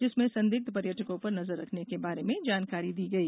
जिसमें संदिग्ध पर्यटकों पर नजर रखने के बारे में जानकारी दी गई